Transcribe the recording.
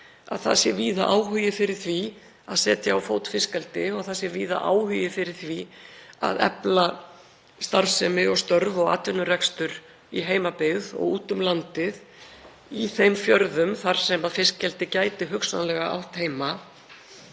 að víða sé áhugi fyrir því að setja á fót fiskeldi og áhugi fyrir því að efla starfsemi og atvinnurekstur í heimabyggð og út um landið, í þeim fjörðum þar sem fiskeldi gæti hugsanlega átt heima,